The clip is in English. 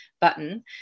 button